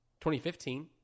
2015